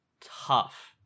tough